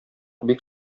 бик